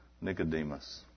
Nicodemus